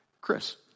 Chris